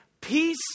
peace